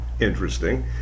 interesting